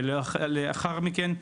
ולאחר מכן,